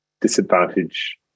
disadvantage